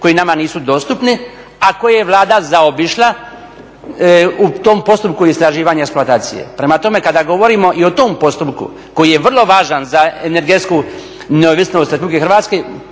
koji nama nisu dostupni, a koje je Vlada zaobišla u tom postupku istraživanje i eksploatacije. Prema tome, kada govorimo i o tom postupku koji je vrlo važan za energetsku neovisnost Republike Hrvatske